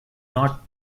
not